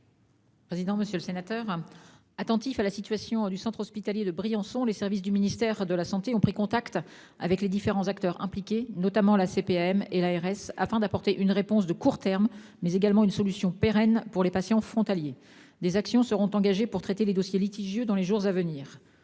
déléguée. Monsieur le sénateur, attentifs à la situation du centre hospitalier de Briançon, les services du ministère de la santé ont pris contact avec les différents acteurs impliqués, notamment la CPAM et l'ARS, afin d'apporter non seulement une réponse de court terme, mais également une solution pérenne aux patients frontaliers. Des actions seront engagées pour traiter les dossiers litigieux dans les jours à venir.